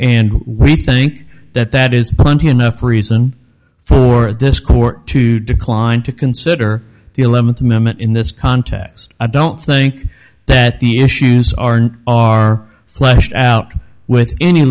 and we think that that is plenty enough reason for this court to decline to consider the eleventh amendment in this context i don't think that the issues are are fleshed out with any